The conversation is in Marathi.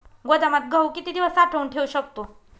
गोदामात गहू किती दिवस साठवून ठेवू शकतो?